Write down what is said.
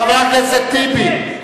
חבר הכנסת טיבי,